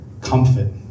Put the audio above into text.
comfort